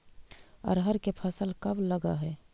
अरहर के फसल कब लग है?